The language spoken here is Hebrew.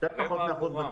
פחות מאחוז.